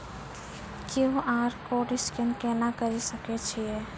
QR code scan केना करै सकय छियै?